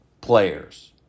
players